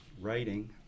writing